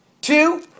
Two